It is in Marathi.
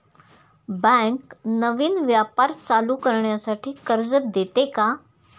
बँक नवीन व्यापार चालू करण्यासाठी कर्ज देते का?